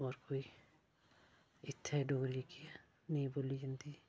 होर कोई इ'त्थें डोगरी जेह्की ऐ नेईं बोली जंदी